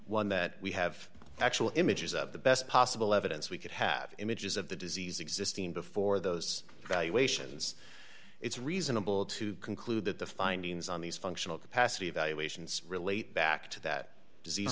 one that we have actual images of the best possible evidence we could have images of the disease existing before those evaluations it's reasonable to conclude that the findings on these functional capacity evaluations relate back to that disease